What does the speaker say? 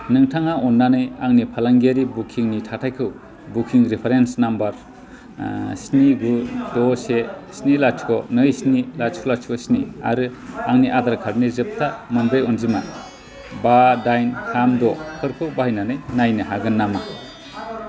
नोंथाङा अननानै आंनि फालांगियारि बुकिंनि थाथायखौ बुकिं रिफारेन्स नम्बर स्नि गु द से स्नि लाथिख नै स्नि लाथिख लााथिख स्नि आरो आंनि आधार कार्डनि जोबथा मोनब्रै अनजिमा बा दाइन थाम दफोरखौ बाहायनानै नायनो हागोन नामा